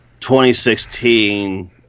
2016